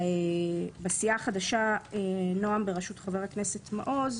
-- בסיעה החדשה נעם בראשות חבר הכנסת מעוז,